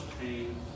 pain